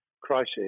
crisis